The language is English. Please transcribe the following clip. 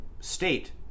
state